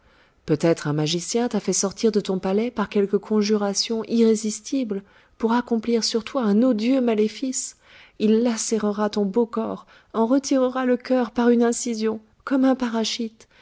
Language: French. peut-être un magicien t'a fait sortir de ton palais par quelque conjuration irrésistible pour accomplir sur toi un odieux maléfice il lacérera ton beau corps en retirera le cœur par une incision comme un paraschiste